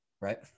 right